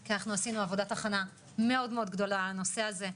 כי אנחנו עשינו עבודת הכנה מאוד גדולה לנושא הזה.